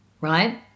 Right